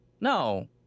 No